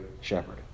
shepherd